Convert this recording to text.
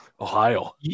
Ohio